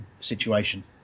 situation